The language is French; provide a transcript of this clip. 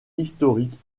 historique